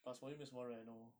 plus 我又没有什么 reno